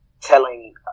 telling